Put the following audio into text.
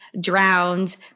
drowned